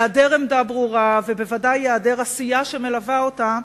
העדר עמדה ברורה ובוודאי העדר עשייה שמלווה אותה,